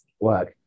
work